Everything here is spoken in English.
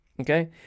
okay